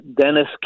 Dennis